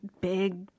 big